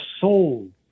soul